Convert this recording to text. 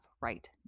right